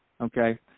okay